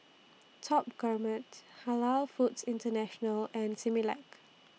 Top Gourmet's Halal Foods International and Similac